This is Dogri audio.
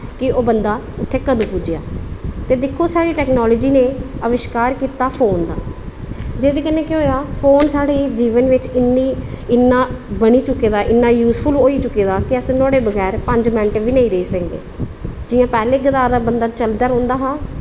की ओह् बंदा उत्थें कदूं पुज्जेआ ते दिक्खो साढ़ी टेक्नोलॉज़ी नै अविष्कार कीता फोन दा जेह्दे कन्नै केह् होया की फोन साढ़े जीवन बिच इन्नी इन्ना बनी चुके दा इन्ना यूज़फुल होई चुक्के दा की अस नुहाड़े बगैर पंज मिंट बी नेईं रेही सकने ते जे पैह्लें जमानै बंदा चलदा रौहंदा हा